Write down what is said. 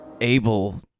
able